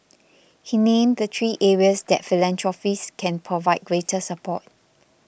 he named the three areas that philanthropists can provide greater support